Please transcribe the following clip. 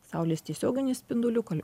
saulės tiesioginių spindulių kol